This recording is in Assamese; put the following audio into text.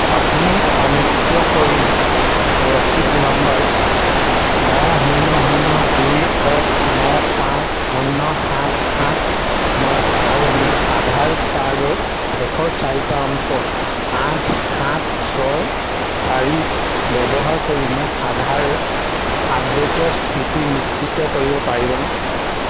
আপুনি অনুগ্ৰহ কৰি ৰচিদ নম্বৰ ন শূন্য শূন্য দুই এক ন পাঁচ শূন্য সাত সাত ন আৰু মোৰ আধাৰ কাৰ্ডৰ শেষৰ চাৰিটা অংক আঠ সাত ছয় চাৰি ব্যৱহাৰ কৰি মোৰ আধাৰ আপডে'টৰ স্থিতি নিশ্চিত কৰিব পাৰিবনে